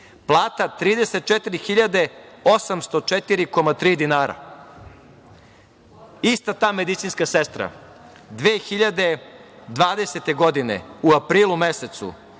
plata 34.804,3 dinara. Ista ta medicinska sestra 2020. godine, u aprilu mesecu,